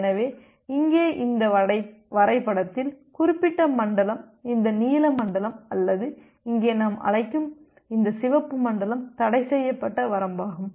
எனவே இங்கே இந்த வரைபடத்தில் குறிப்பிட்ட மண்டலம் இந்த நீல மண்டலம் அல்லது இங்கே நாம் அழைக்கும் இந்த சிவப்பு மண்டலம் தடைசெய்யப்பட்ட வரம்பாகும்